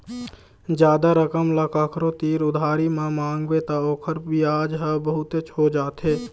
जादा रकम ल कखरो तीर उधारी म मांगबे त ओखर बियाज ह बहुतेच हो जाथे